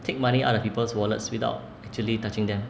take money out of people's wallets without actually touching them